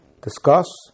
discuss